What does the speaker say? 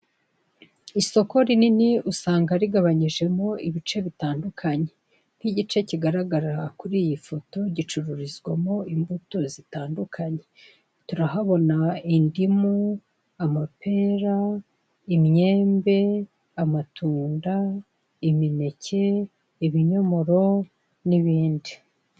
Isoko rinini usanga rigabanyijemo ibice bitandukanye. Nk'igice kigaragara kuri iyi foto, gicururizwamo imbuto zitandukanye. Turahabona indimu, amapera, imyembe, amatunda, imineke, ibinyomoro, n'ibindi.